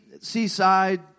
seaside